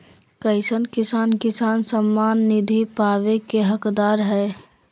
कईसन किसान किसान सम्मान निधि पावे के हकदार हय?